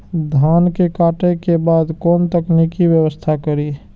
धान के काटे के बाद कोन तकनीकी व्यवस्था करी?